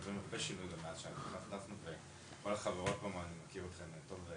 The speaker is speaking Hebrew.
יש הרבה שינוי מאז שנכנסה דפנה וכל החברות ואני מכיר אותכם טוב,